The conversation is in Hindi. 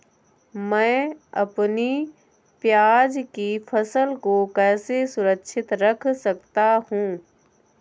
मैं अपनी प्याज की फसल को कैसे सुरक्षित रख सकता हूँ?